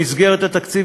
במסגרת התקציב,